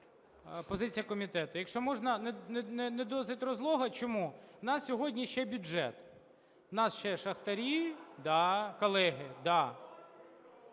Позиція комітету. Якщо можна, не досить розлого. Чому? В нас сьогодні ще бюджет. В нас ще шахтарі. Да, колеги,